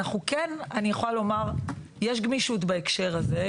יש גמישות בהקשר הזה,